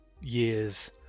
years